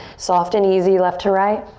soft and easy. left to right.